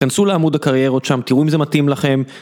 כנסו לעמוד הקריירות שם, תראו אם זה מתאים לכם.